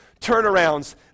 turnarounds